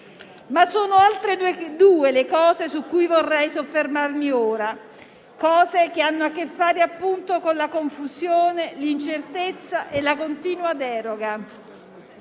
Ma sono altre due le cose su cui vorrei soffermarmi; aspetti che hanno a che fare, appunto, con la confusione, l'incertezza e la continua deroga.